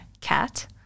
Cat